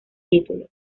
título